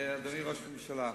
אדוני ראש הממשלה,